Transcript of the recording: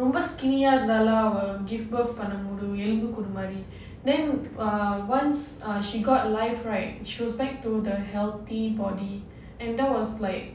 ரொம்ப:romba skinny ah இருந்தாலும் அவ:irundhaalum ava give birth பண்ணும்போது எலும்புக்கூடு மாதிரி:pannumpodhu elumbukoodu maadhiri then ah once ah she got life right she was back to the healthy body and that was like